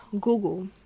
Google